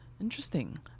Interesting